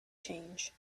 change